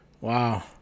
wow